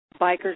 Bikers